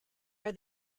are